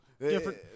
Different